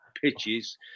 pitches